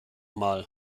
mal